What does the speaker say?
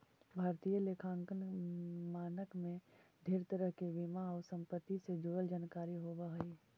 भारतीय लेखांकन मानक में ढेर तरह के बीमा आउ संपत्ति से जुड़ल जानकारी होब हई